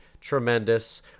tremendous